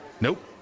Nope